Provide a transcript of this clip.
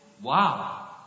wow